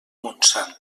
montsant